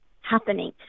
happening